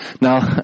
Now